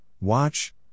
watch